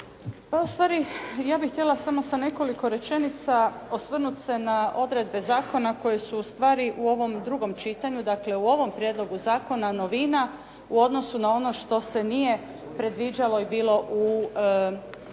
Pa u stvari, ja bih htjela samo sa nekoliko rečenica osvrnut se na odredbe zakona koje su u stvari u ovom drugom čitanju, dakle u ovom prijedlogu zakona novina u odnosu na ono što se nije predviđalo i bilo u